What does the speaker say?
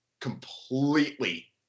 completely